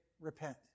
Repent